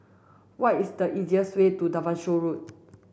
what is the easiest way to Devonshire Road